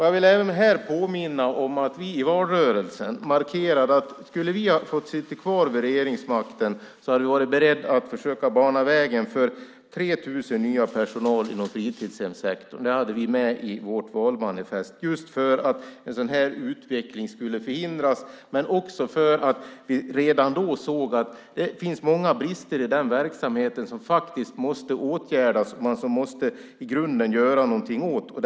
Jag vill även här påminna om att vi i valrörelsen markerade att vi, om vi hade fått sitta kvar vid regeringsmakten, hade varit beredda att försöka bana vägen för 3 000 nya personal inom fritidshemssektorn. Det hade vi med i vårt valmanifest just för att en sådan här utveckling skulle förhindras men också för att vi redan då såg att det fanns många brister i den verksamheten som faktiskt måste åtgärdas. Man måste i grunden göra någonting åt detta.